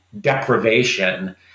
deprivation